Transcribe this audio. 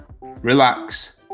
relax